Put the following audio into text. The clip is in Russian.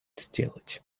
сделать